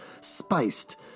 spiced